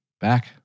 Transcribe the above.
Back